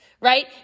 right